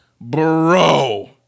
Bro